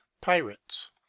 Pirates